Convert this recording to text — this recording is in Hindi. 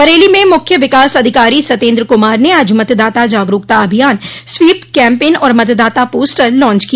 बरेली में मुख्य विकास अधिकारी सतेन्द्र कुमार ने आज मतदाता जागरूकता अभियान स्वीप कैम्पेन और मतदाता पोस्टर लांच किया